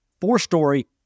four-story